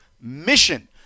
MISSION